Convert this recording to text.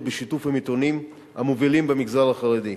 בשיתוף עם עיתונים מובילים במגזר החרדי: